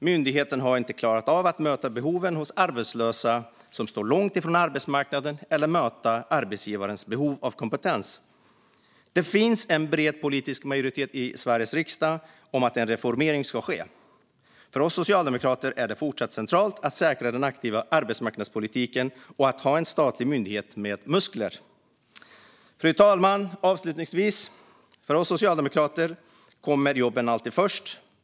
Myndigheten har inte klarat av att möta behoven hos arbetslösa som står långt från arbetsmarknaden eller att möta arbetsgivares behov av kompetens. Det finns en bred politisk majoritet i Sveriges riksdag för att en reformering ska ske. För oss socialdemokrater är det fortsatt centralt att säkra den aktiva arbetsmarknadspolitiken och att ha en statlig myndighet med muskler. Fru talman! För oss socialdemokrater kommer jobben alltid först.